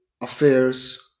affairs